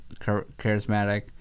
charismatic